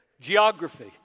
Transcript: geography